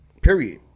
Period